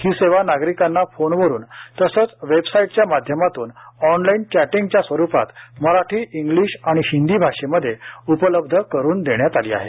ही सेवा नागरिकांना फोनवरून तसेच वेबसाईटच्या माध्यमातून ऑनलाईन चॅटिंगच्या स्वरुपात मराठी इंग्लिश आणि हिंदी भाषेत उपलब्ध करून देण्यात आली आहे